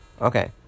Okay